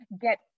get